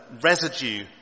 residue